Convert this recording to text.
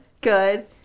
good